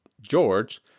George